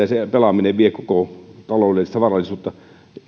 se pelaaminen vie koko taloudellista varallisuutta